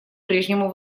прежнему